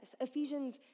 Ephesians